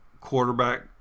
quarterback